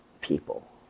people